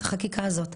את החקיקה הזאת,